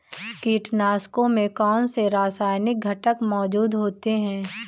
कीटनाशकों में कौनसे रासायनिक घटक मौजूद होते हैं?